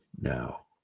now